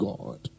God